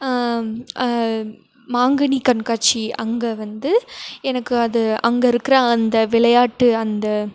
மாங்கனி கண்காட்சி அங்கே வந்து எனக்கு அது அங்கே இருக்கிற அந்த விளையாட்டு அந்த